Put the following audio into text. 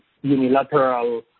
unilateral